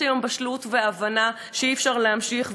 יש היום בשלות והבנה שאי-אפשר להמשיך,